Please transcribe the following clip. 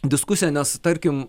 diskusiją nes tarkim